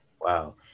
wow